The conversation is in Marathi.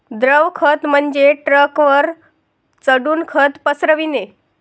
द्रव खत म्हणजे ट्रकवर चढून खत पसरविणे